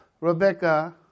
Rebecca